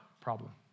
problem